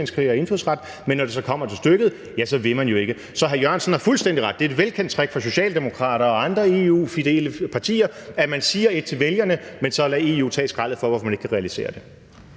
indfødsret. Men når det så kommer til stykket, ja, så vil man jo ikke. Så hr. Jan E. Jørgensen har fuldstændig ret: Det er et velkendt trick fra socialdemokrater og andre EU-fidele partier, at man siger et til vælgerne, men så lader EU tage skraldet for, hvorfor man ikke kan realisere det.